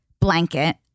blanket